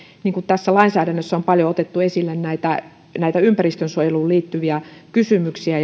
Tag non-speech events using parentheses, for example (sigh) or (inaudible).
niin kuin tässä lainsäädännössä on paljon otettu esille näitä näitä ympäristönsuojeluun liittyviä kysymyksiä (unintelligible)